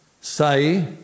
say